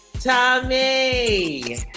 Tommy